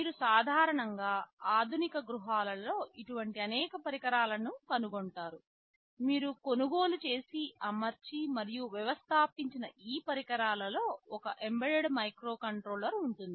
మీరు సాధారణంగా ఆధునిక గృహాలలో ఇటువంటి అనేక పరికరాలను కనుగొంటారు మీరు కొనుగోలు చేసి అమర్చి మరియు వ్యవస్థాపించిన ఈ పరికరాల లో ఒక ఎంబెడెడ్ మైక్రోకంట్రోలర్ ఉంటుంది